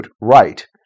right